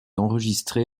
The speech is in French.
enregistrée